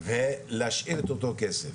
ולהשאיר את אותו הכסף.